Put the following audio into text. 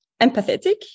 empathetic